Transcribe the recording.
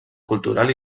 cultural